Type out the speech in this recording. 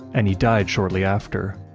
and he died shortly after.